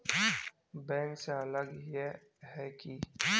Bank से अलग हिये है की?